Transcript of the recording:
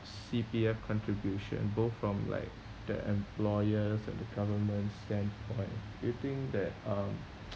C_P_F contribution both from like the employers and the government's standpoint do you think that um